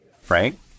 Frank